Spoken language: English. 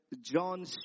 John